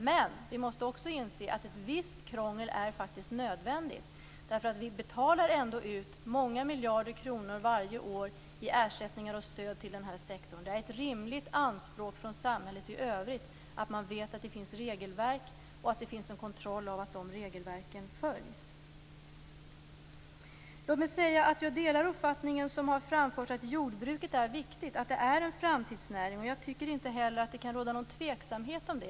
Men vi måste också inse att ett visst krångel faktiskt är nödvändigt därför att vi ändå betalar ut många miljarder kronor varje år i ersättningar och stöd till den här sektorn. Det är ett rimligt anspråk från samhället i övrigt att man vet att det finns regelverk och att det finns en kontroll av att de regelverken följs. Jag delar uppfattningen som har framförts, att jordbruket är viktigt och att det är en framtidsnäring. Jag tycker inte heller att det kan råda någon tveksamhet om det.